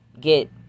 get